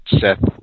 Seth